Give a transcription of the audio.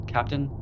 Captain